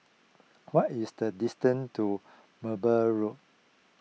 what is the distance to Merbau Road